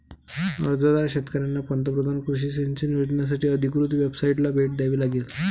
अर्जदार शेतकऱ्यांना पंतप्रधान कृषी सिंचन योजनासाठी अधिकृत वेबसाइटला भेट द्यावी लागेल